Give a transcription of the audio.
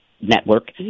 Network